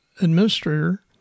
administrator